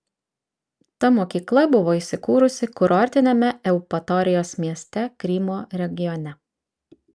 ta mokykla buvo įsikūrusi kurortiniame eupatorijos mieste krymo regione